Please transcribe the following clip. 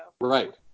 Right